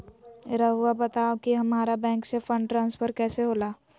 राउआ बताओ कि हामारा बैंक से फंड ट्रांसफर कैसे होला?